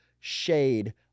shade